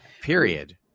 Period